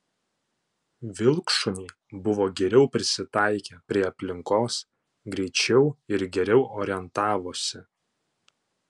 vilkšuniai buvo geriau prisitaikę prie aplinkos greičiau ir geriau orientavosi